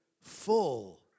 full